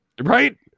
Right